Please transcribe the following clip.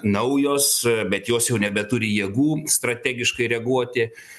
naujos bet jos jau nebeturi jėgų strategiškai reaguoti